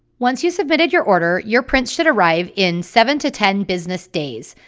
once you've submitted your order your prints should arrive in seven to ten business days.